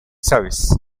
service